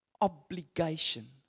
obligation